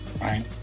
right